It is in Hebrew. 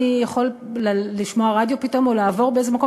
אני יכול לשמוע רדיו פתאום או לעבור באיזה מקום,